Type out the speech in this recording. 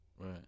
Right